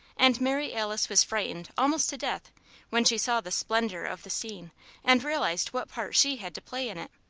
and mary alice was frightened almost to death when she saw the splendour of the scene and realized what part she had to play in it.